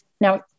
Now